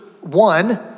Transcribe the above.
one